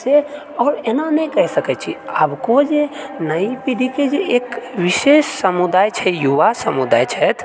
से आओर एना नहि कहि सकैत छी आबको जे नइ पीढ़ीकऽ जे एक विशेष समुदाय छै युवा समुदाय छथि